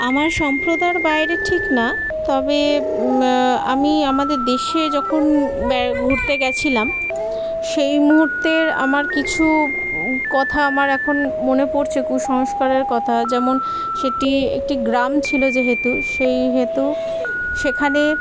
আমার সম্প্রদায়ের বাইরের ঠিক না তবে আমি আমাদের দেশে যখন ঘুরতে গেছিলাম সেই মুহূর্তের আমার কিছু কথা আমার এখন মনে পড়ছে কুসংস্কারের কথা যেমন সেটি একটি গ্রাম ছিল যেহেতু সেই হেতু সেখানে